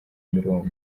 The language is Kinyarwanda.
mirongo